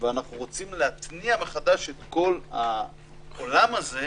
ואנחנו רוצים להתניע מחדש את כל העולם הזה,